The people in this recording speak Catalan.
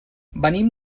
venim